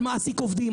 על מעסיק עובדים,